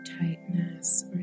tightness